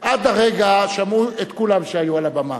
עד הרגע שמעו את כולם שהיו על הבמה.